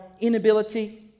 inability